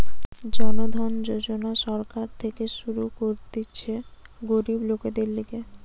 জন ধন যোজনা সরকার থেকে শুরু করতিছে গরিব লোকদের লিগে